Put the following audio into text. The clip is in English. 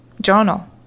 Journal